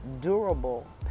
durable